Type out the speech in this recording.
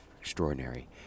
extraordinary